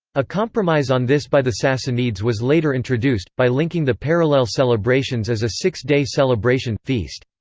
a compromise on this by the sassanids was later introduced, by linking the parallel celebrations as a six day celebration feast.